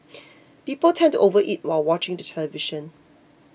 people tend to overeat while watching the television